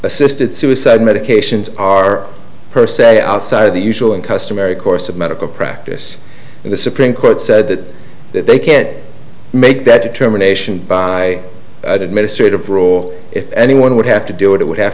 assisted suicide medications are per se outside the usual and customary course of medical practice in the supreme court said that they can't make that determination by administrative role if anyone would have to do it it would have